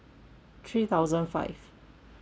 three thousand five